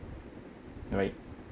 right